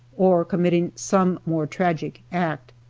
or committing some more tragic act.